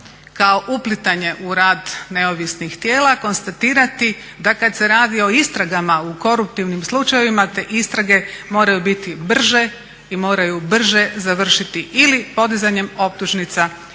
kao uplitanje u rad neovisnih tijela konstatirati da kada se radi o istragama u koruptivnim slučajevima te istrage moraju biti brže i moraju brže završiti ili podizanjem optužnica ili